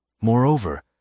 Moreover